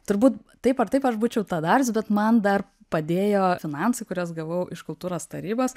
turbūt taip ar taip aš būčiau tą darius bet man dar padėjo finansai kuriuos gavau iš kultūros tarybos